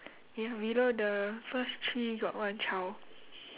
ya below the first tree got one child